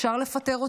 אפשר לפטר אותי,